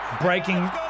breaking